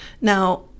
Now